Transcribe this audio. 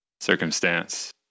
circumstance